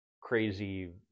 crazy